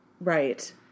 right